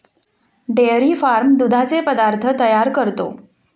dairy farm दुधाचे पदार्थ तयार करतो